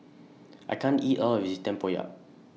I can't eat All of This Tempoyak